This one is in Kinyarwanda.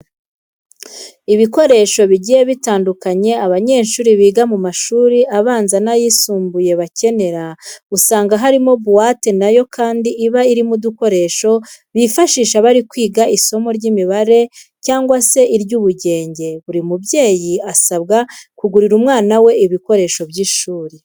Ibikoresho bigiye bitandukanye abanyeshuri biga mu mashuri abanza n'ayisumbuye bakenera usanga harimo buwate na yo kandi iba irimo udukoresho bifashisha bari kwiga isomo ry'imibare cyangwa se iry'ubugenge. Buri mubyeyi asabwa kugurira umwana we ibikoresho by'ishuri.